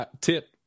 Tip